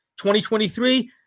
2023